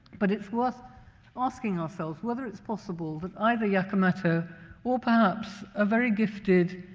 but it's worth asking ourselves whether it's possible that either jacometto or perhaps a very gifted